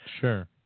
Sure